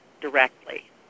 directly